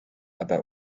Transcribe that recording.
about